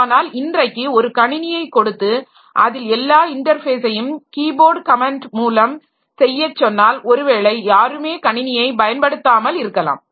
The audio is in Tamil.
ஆனால் இன்றைக்கு ஒரு கணினியை கொடுத்து அதில் எல்லா இன்டர்ஃபேஸையும் கீ போர்ட் கமென்ட் மூலம் செய்ய சொன்னால் ஒருவேளை யாருமே கணினியை பயன்படுத்தாமல் இருக்கலாம்